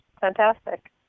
fantastic